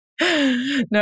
No